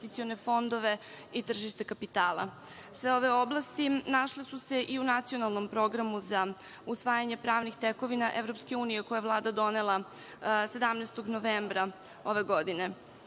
investicione fondove i tržište kapitala. Sve ove oblasti našle su se i u nacionalnom programu za usvajanje pravnih tekovina EU, koje je Vlada donela 17. novembra ove godine.